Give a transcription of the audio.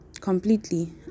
completely